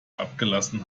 abgelassen